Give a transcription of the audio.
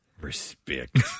Respect